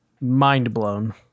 mind-blown